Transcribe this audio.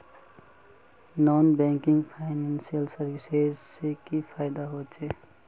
Non banking financial services से की फायदा होचे?